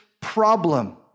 problem